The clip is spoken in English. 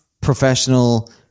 professional